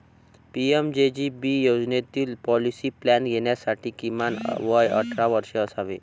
PMJJB योजनेतील policy plan घेण्यासाठी किमान वय अठरा वर्षे असावे